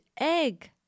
egg